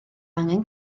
angen